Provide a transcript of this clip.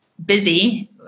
busy